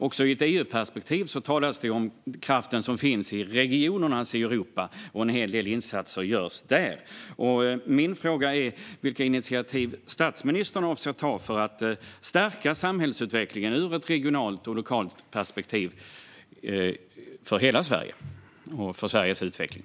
Också i ett EU-perspektiv talas det ju om den kraft som finns i regionerna i Europa, och en hel del insatser görs där. Min fråga är: Vilka initiativ avser statsministern att ta för att stärka samhällsutvecklingen ur ett regionalt och lokalt perspektiv för hela Sverige och för Sveriges utveckling?